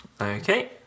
Okay